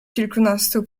kilkunastu